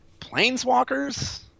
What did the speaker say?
planeswalkers